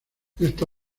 esta